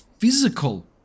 physical